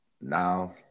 now